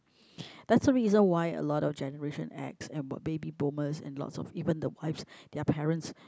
that's the reason why a lot of generation X and what baby boomers and lots of even the Y's their parents